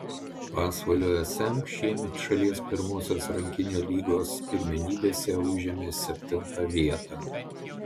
pasvalio sm šiemet šalies pirmosios rankinio lygos pirmenybėse užėmė septintą vietą